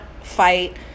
fight